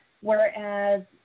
whereas